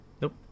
Nope